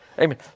Amen